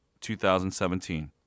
2017